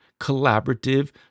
collaborative